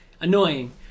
annoying